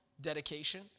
dedication